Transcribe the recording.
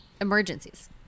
emergencies